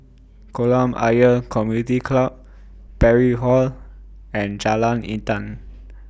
Kolam Ayer Community Club Parry Hall and Jalan Intan